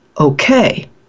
okay